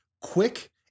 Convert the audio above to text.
quick